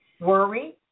worry